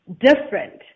different